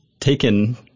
taken